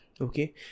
Okay